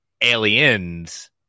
Aliens